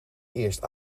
eerst